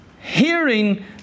hearing